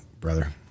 brother